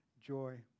joy